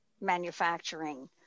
manufacturing